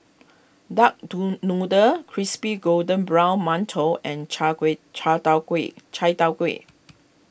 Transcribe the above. Duck do Noodle Crispy Golden Brown Mantou and Chia Kway Chia Tow Kway Chai Tow Kway